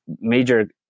major